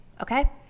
okay